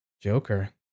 Joker